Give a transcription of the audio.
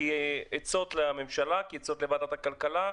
כעצות לממשלה, כעצות לוועדת הכלכלה,